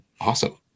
Awesome